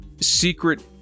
secret